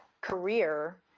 career